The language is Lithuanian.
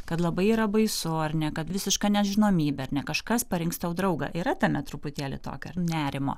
kad labai yra baisu ar ne kad visiška nežinomybė ar ne kažkas parinks tau draugą yra tame truputėlį tokio nerimo